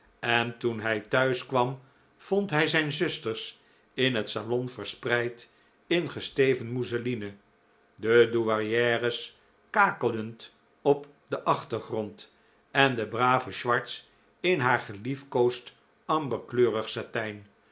en toen hij thuis kwam vond hij zijn zusters in het salon verspreid in gesteven mousseline de douairieres kakelend op den achtergrond en de brave swartz in haar geliefkoosd amberkleurig satijn